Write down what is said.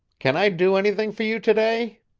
can i do anything for you to-day?